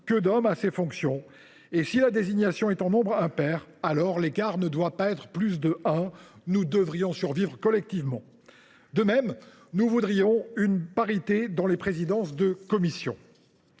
que d’hommes à ces fonctions. Et si la désignation est en nombre impair, alors l’écart ne doit pas être de plus d’un. Nous devrions pouvoir y survivre collectivement. De même, nous voudrions une parité dans les présidences de commission.